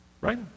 right